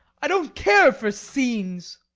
i don't care for scenes!